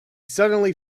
suddenly